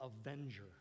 avenger